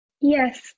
Yes